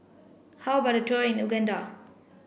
how about a tour in Uganda